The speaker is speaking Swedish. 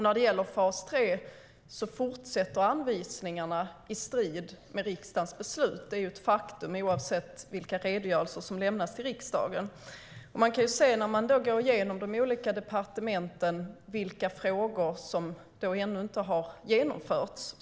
När det gäller fas 3 fortsätter anvisningarna i strid med riksdagens beslut. Det är ett faktum oavsett vilka redogörelser som lämnats till riksdagen. Går vi igenom de olika departementen kan vi se vilka av riksdagens beslut som ännu inte har genomförts.